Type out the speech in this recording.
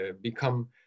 become